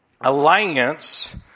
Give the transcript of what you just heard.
alliance